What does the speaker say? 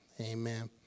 Amen